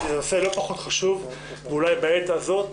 נושא לא פחות חשוב, ואולי בעת הזו,